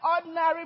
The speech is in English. ordinary